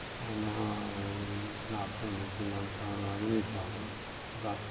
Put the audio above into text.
and now it's not presently to young talent or any talent and